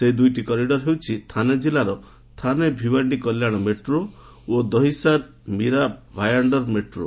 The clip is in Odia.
ସେହି ଦୁଇଟି କରିଡର ହେଉଛି ଥାନେ ଜିଲ୍ଲାର ଥାନେ ଭିୱାଣ୍ଡି କଲ୍ୟାଣ ମେଟ୍ରୋ ଓ ଦହିସାର ମିରା ଭାୟାଣ୍ଡର ମେଟ୍ରୋ